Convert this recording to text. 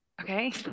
okay